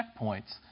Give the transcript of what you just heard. checkpoints